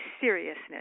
seriousness